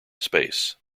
space